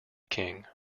king